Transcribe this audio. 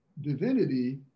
divinity